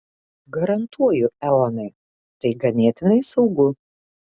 garantuoju eonai tai ganėtinai saugu